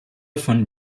von